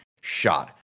Shot